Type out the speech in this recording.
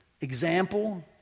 example